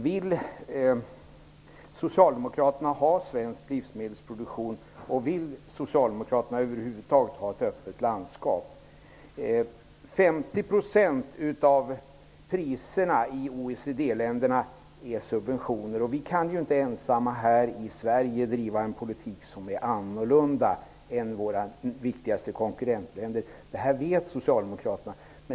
Vill Socialdemokraterna ha en svensk livsmedelsproduktion? Vill Socialdemokraterna över huvud taget ha ett öppet landskap? 50 % av priserna i OECD-länderna är subventioner. Vi i Sverige kan ju inte ensamma driva en politik som skiljer sig från våra viktigaste konkurrentländers, och det vet Socialdemokraterna.